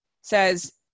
says